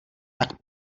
tak